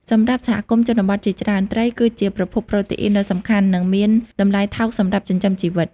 សម្រាប់សហគមន៍ជនបទជាច្រើន ត្រីគឺជាប្រភពប្រូតេអ៊ីនដ៏សំខាន់ និងមានតំលៃថោកសម្រាប់ចិញ្ចឹមជីវិត។